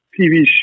TV